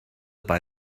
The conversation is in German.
bei